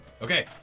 Okay